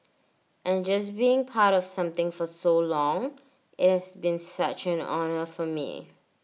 and just being part of something for so long IT has been such an honour for me